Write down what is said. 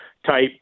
type